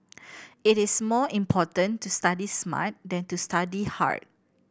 it is more important to study smart than to study hard